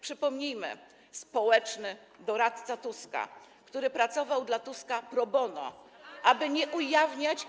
przypomnijmy: społeczny doradca Tuska, który pracował dla Tuska pro bono, aby nie ujawniać.